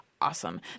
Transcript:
awesome